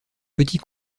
petit